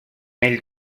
ell